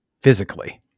physically